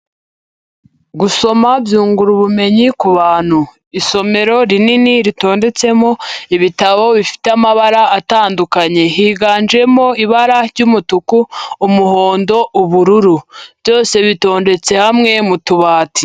Gusoma byungura ubumenyi ku bantu, isomero rinini ritondetsemo ibitabo bifite amabara atandukanye, higanjemo ibara ry'umutuku, umuhondo, ubururu, byose bitondetse hamwe mu tubati.